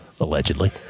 allegedly